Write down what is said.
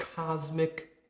cosmic